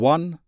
One